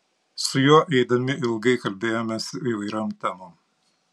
su juo eidami ilgai kalbėjomės įvairiom temom